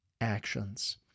actions